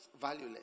valueless